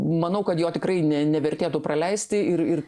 manau kad jo tikrai ne nevertėtų praleisti ir ir